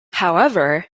however